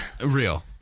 Real